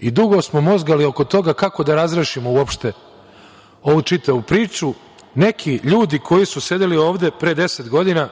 i dugo smo mozgali oko toga kako da razrešimo uopšte ovu čitavu priču. Neki ljudi koji su sedeli ovde pre 10 godina